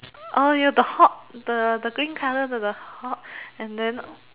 orh ya the Hulk the the green colour the the Hulk and then